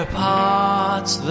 parts